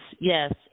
yes